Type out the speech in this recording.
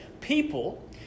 people